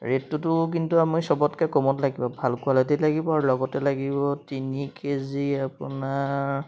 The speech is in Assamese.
ৰেটটোতো কিন্তু আমি চবতকৈ কমত লাগিব ভাল কোৱালিটী লাগিব আৰু লগতে লাগিব তিনি কে জি আপোনাৰ